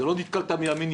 זה לא "נתקלת מימין,